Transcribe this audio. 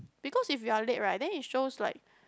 because if you are late right then it shows like